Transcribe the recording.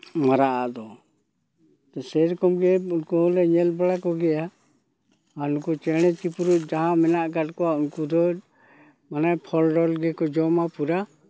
ᱢᱟᱨᱟᱜ ᱟᱜ ᱫᱚ ᱥᱮᱭ ᱨᱚᱠᱚᱢᱜᱮ ᱩᱱᱠᱩ ᱦᱚᱸᱞᱮ ᱧᱮᱞ ᱵᱟᱲᱟ ᱠᱚᱜᱮᱭᱟ ᱟᱨ ᱱᱩᱠᱩ ᱪᱮᱬᱮ ᱪᱤᱯᱨᱩᱫ ᱡᱟᱦᱟᱸ ᱢᱮᱱᱟᱜ ᱟᱠᱟᱫ ᱠᱚᱣᱟ ᱩᱱᱠᱩ ᱫᱚ ᱚᱱᱮ ᱯᱷᱚᱞ ᱰᱚᱞ ᱜᱮᱠᱚ ᱡᱚᱢᱟ ᱯᱩᱨᱟᱹ ᱸ